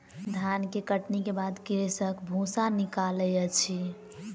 धान के कटनी के बाद कृषक भूसा निकालै अछि